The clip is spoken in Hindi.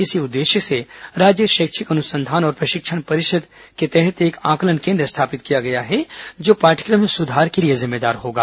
इसी उद्देश्य से राज्य शैक्षिक अनुसंधान और प्रशिक्षण परिषद के तहत एक आकलन केन्द्र स्थापित किया गया है जो पाठ्यक्रम में सुधार के लिए जिम्मेदार होगा